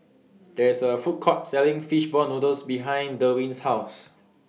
There IS A Food Court Selling Fish Ball Noodles behind Derwin's House